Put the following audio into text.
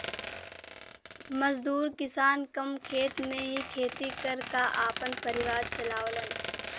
मजदूर किसान कम खेत में ही खेती कर क आपन परिवार चलावलन